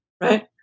right